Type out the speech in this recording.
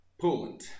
Poland